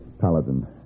Paladin